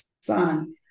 son